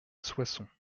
soissons